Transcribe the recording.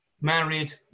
married